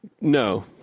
No